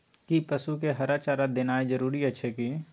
कि पसु के हरा चारा देनाय जरूरी अछि की?